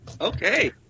Okay